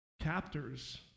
captors